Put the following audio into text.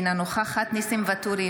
אינה נוכחת ניסים ואטורי,